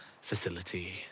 facility